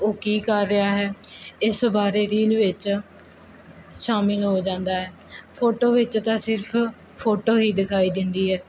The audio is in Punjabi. ਉਹ ਕੀ ਕਰ ਰਿਹਾ ਹੈ ਇਸ ਬਾਰੇ ਰੀਲ ਵਿੱਚ ਸ਼ਾਮਿਲ ਹੋ ਜਾਂਦਾ ਹੈ ਫੋਟੋ ਵਿੱਚ ਤਾਂ ਸਿਰਫ ਫੋਟੋ ਹੀ ਦਿਖਾਈ ਦਿੰਦੀ ਹੈ